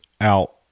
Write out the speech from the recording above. out